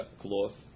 cloth